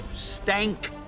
stank